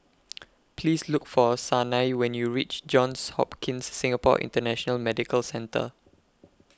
Please Look For Sanai YOU when YOU REACH Johns Hopkins Singapore International Medical Centre